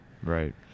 Right